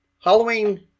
Halloween